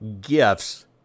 gifts